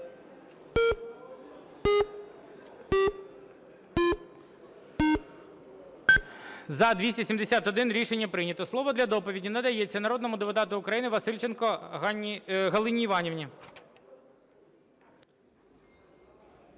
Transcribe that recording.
За-271 Рішення прийнято. Слово для доповіді надається народному депутату України Васильченко Галині Іванівні.